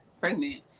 pregnant